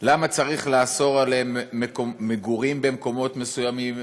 למה צריך לאסור עליהם מגורים במקומות מסוימים,